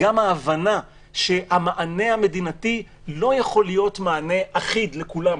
גם ההבנה שהמענה המדינתי לא יכול להיות מענה אחיד לכולם.